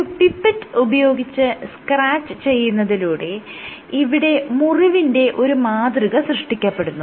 ഒരു പിപ്പറ്റ് ഉപയോഗിച്ച് സ്ക്രാച്ച് ചെയ്യുന്നതിലൂടെ ഇവിടെ മുറിവിന്റെ ഒരു മാതൃക സൃഷ്ടിക്കപ്പെടുന്നു